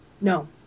No